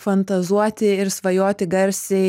fantazuoti ir svajoti garsiai